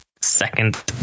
second